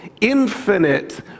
infinite